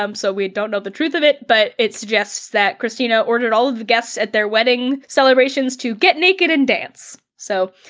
um so we don't know the truth of it, but it suggests that kristina ordered all of the guests at their wedding celebrations to get naked and dance. so,